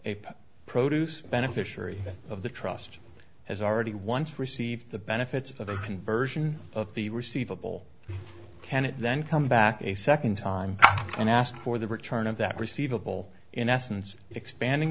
a produce beneficiary of the trust has already once received the benefits of the conversion of the receivable can it then come back a second time and ask for the return of that receivable in essence expanding